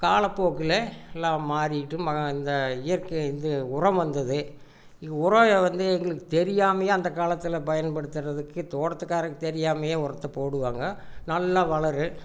காலப்போக்கில் எல்லாம் மாறிவிட்டு இந்த இயற்கை இது உரம் வந்தது உரம் வந்து எங்களுக்கு தெரியாமையே அந்த காலத்தில் பயன்படுத்துகிறதுக்கு தோட்டத்துகாரருக்கு தெரியாமையே உரத்தை போடுவாங்க நல்லா வளரும்